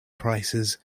prices